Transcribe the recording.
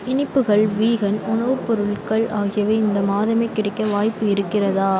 இனிப்புகள் வீகன் உணவுப் பொருட்கள் ஆகியவை இந்த மாதமே கிடைக்க வாய்ப்பு இருக்கிறதா